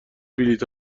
بلیط